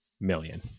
million